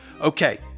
Okay